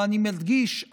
ואני מדגיש,